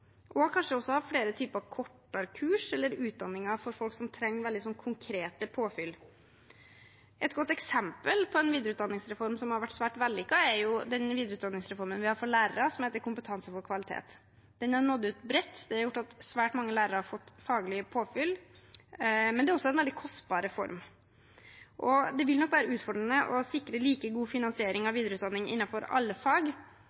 og kanskje også ha flere typer kortere kurs eller utdanninger for folk som trenger veldig konkrete påfyll. Et godt eksempel på en videreutdanningsreform som har vært svært vellykket, er den videreutdanningsreformen vi har for lærere, som heter Kompetanse for kvalitet. Den har nådd ut bredt og har gjort at svært mange lærere har fått faglig påfyll, men det er også en veldig kostbar reform. Det vil nok være utfordrende å sikre like god finansiering av videreutdanning innenfor alle fag,